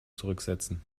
zurücksetzen